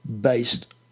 based